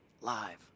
live